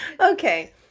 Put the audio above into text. Okay